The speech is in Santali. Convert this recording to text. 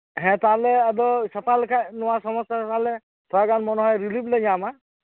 ᱦᱮᱸ ᱛᱟᱞᱦᱮ ᱟᱫᱚ ᱥᱟᱯᱟ ᱞᱮᱠᱷᱟᱡ ᱱᱚᱣᱟ ᱥᱚᱢᱚᱥᱥᱟ ᱛᱟᱞᱦᱮ ᱛᱷᱚᱲᱟ ᱜᱟᱱ ᱢᱚᱱᱮ ᱦᱚᱭ ᱨᱤᱞᱤᱯᱷ ᱞᱮ ᱧᱟᱢᱟ